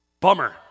Bummer